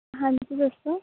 ਹਾਂਜੀ ਦੱਸੋ